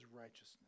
righteousness